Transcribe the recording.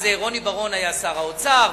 אז רוני בר-און היה שר האוצר,